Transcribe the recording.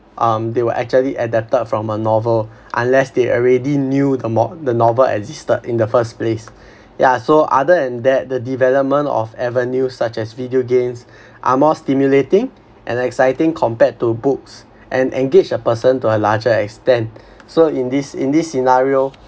um they were actually adapted from a novel unless they already knew the novel existed in the first place yeah so other than that the development of avenues such as video games are more stimulating and exciting compared to books and engage a person to a large extent so in this in this scenario